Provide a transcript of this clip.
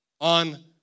On